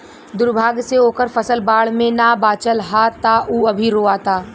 दुर्भाग्य से ओकर फसल बाढ़ में ना बाचल ह त उ अभी रोओता